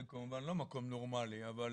זה כמובן לא מקום נורמלי, אבל